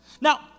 Now